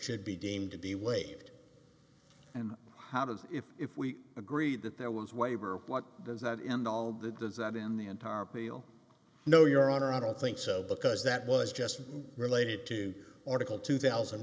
should be deemed to be waived and how does it if we agree that there was waiver what does not end all that does that in the entire meal no your honor i don't think so because that was just related to article two thousand